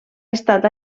estat